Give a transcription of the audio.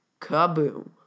Kaboom